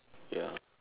ya